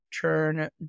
turn